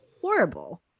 horrible